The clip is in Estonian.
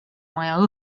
maja